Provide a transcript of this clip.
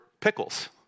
pickles